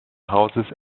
houses